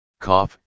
Cough